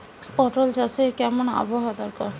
পটল চাষে কেমন আবহাওয়া দরকার?